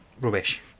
rubbish